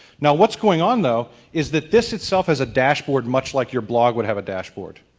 now what's going on though is that this itself has a dashboard much like your blog would have a dashboard.